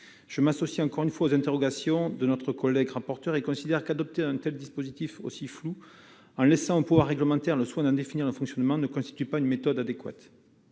Je m'associe, encore une fois, aux interrogations de notre collègue rapporteur : adopter un dispositif aussi flou, en laissant au pouvoir réglementaire le soin d'en définir le fonctionnement, ne constitue pas une méthode adéquate.